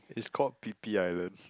it's called Phi-Phi Islands